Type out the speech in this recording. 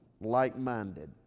like-minded